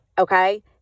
Okay